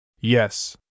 Yes